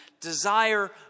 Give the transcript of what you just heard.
desire